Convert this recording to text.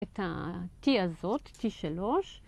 ‫את ה-T הזאת, T3.